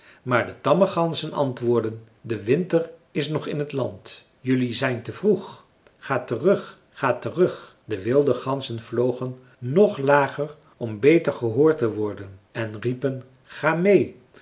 maar de tamme ganzen antwoordden de winter is nog in t land jelui zijn te vroeg ga terug ga terug de wilde ganzen vlogen nog lager om beter gehoord te worden en riepen ga meê